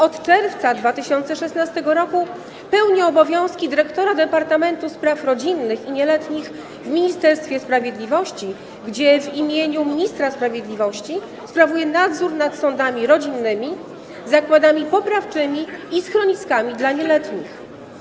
Od czerwca 2016 r. pełni obowiązki dyrektora departamentu spraw rodzinnych i nieletnich w Ministerstwie Sprawiedliwości, gdzie w imieniu ministra sprawiedliwości sprawuje nadzór nad sądami rodzinnymi, zakładami poprawczymi i schroniskami dla nieletnich.